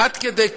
עד כדי כך.